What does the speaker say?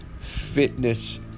fitness